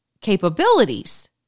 capabilities